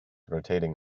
rotating